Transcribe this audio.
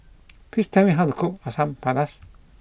please tell me how to cook Asam Pedas